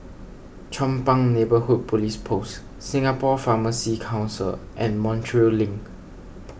Chong Pang Neighbourhood Police Post Singapore Pharmacy Council and Montreal Link